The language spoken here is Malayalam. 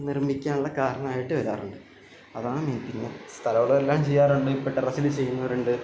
നിർമ്മിക്കാനുള്ള കാരണമായിട്ട് വരാറുണ്ട് അതാണ് മെയിൻ പിന്നെ സ്ഥലം ഉള്ളവർ എല്ലാവരും ചെയ്യാറുണ്ട് ഇപ്പം ടെറസിൽ ചെയ്യുന്നവരുണ്ട്